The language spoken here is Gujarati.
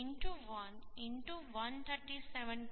5 1 1 137